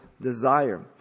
desire